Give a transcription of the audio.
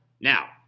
Now